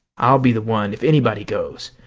i'll be the one, if anybody goes!